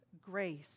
grace